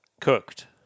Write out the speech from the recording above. Cooked